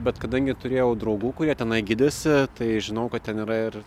bet kadangi turėjau draugų kurie tenai gydėsi tai žinau kad ten yra ir